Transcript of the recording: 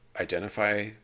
identify